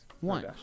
One